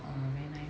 ah very nice